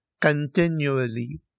continually